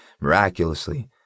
miraculously